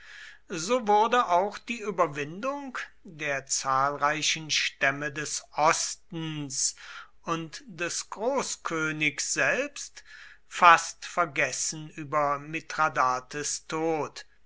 so wurde auch die überwindung der zahlreichen stämme des ostens und des großkönigs selbst fast vergessen über mithradates tod